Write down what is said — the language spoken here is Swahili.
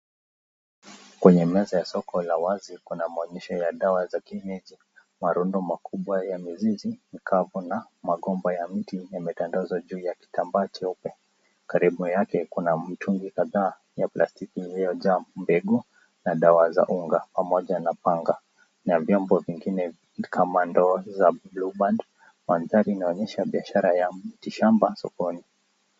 Kwenye meza ya soko la wazi, kuna maonyesho ya dawa za kienyeji, marundo makubwa ya mizizi mkavu na magomba ya mti imetandazwa juu ya kitambaa cheupe. Karibu yake kuna mitungi kadhaa ya plastiki ilyojaa mbegu na dawa za unga pamoja na panga na vyombo vingine kama ndoo za blueband . Mandhari inaonyesha biashara ya miti shamba sokoni.